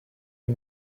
est